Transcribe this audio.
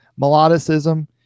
melodicism